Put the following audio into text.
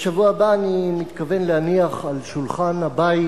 בשבוע הבא אני מתכוון להניח על שולחן הבית